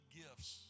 gifts